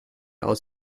aus